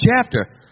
chapter